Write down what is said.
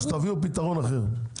אז תביאו פתרון אחר.